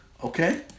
okay